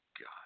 God